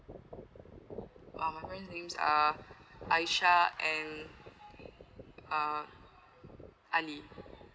ah my parents' name are aisyah and uh ali